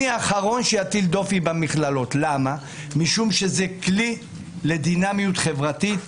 אני האחרון שיטיל דופי במכללות; שזה כלי לדינמיות חברתית.